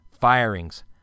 firings